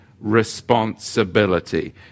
responsibility